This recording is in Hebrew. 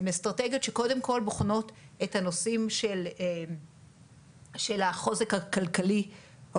אסטרטגיות שקודם כל בוחנות את הנושאים של החוזק הכלכלי או